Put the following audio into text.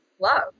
love